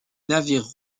navires